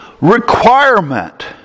requirement